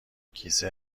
کیسه